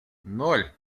ноль